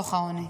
דוח העוני.